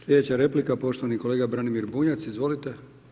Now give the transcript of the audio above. Sljedeća replika poštovani kolega Branimir Bunjac, izvolite.